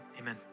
amen